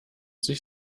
sich